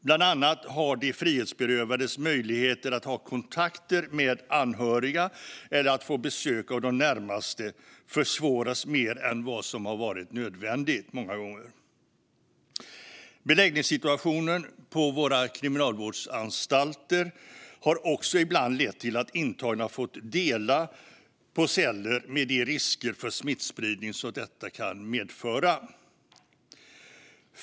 Bland annat har de frihetsberövades möjligheter att ha kontakter med anhöriga eller att få besök av de närmaste försvårats mer än vad som många gånger har varit nödvändigt. Beläggningssituationen på våra kriminalvårdsanstalter har också ibland lett till att intagna fått dela på celler, med de risker för smittspridning som detta kan medföra.